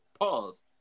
pause